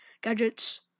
Gadgets